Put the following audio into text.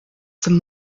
some